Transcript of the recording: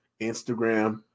instagram